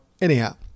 Anyhow